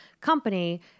company